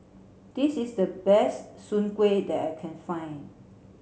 this is the best Soon Kway that I can find